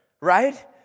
right